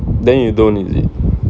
then you don't is it